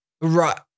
Right